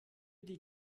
die